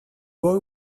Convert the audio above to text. boy